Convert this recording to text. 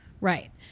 Right